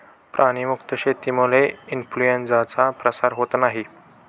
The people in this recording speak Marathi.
प्राणी मुक्त शेतीमुळे इन्फ्लूएन्झाचा प्रसार होत नाही